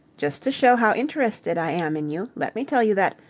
just to show how interested i am in you, let me tell you that,